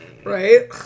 Right